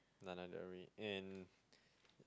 Lana-Del-Ray and